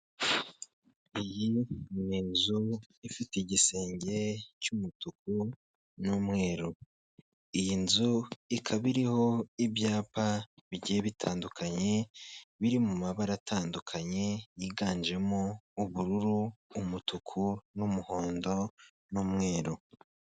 Iyi ni inzu ifite igisenge cy'umutuku n'umweru. Iyi nzu ikaba iriho ibyapa bigiye bitandukanye, biri mu mabara atandukanye, yiganjemo ubururu, umutuku, n'umuhondo, n'umweru.